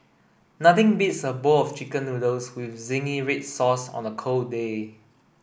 nothing beats a bowl of chicken noodles with zingy red sauce on a cold day